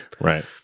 Right